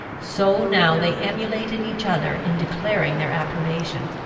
so now they emulated each other in declaring their approbation.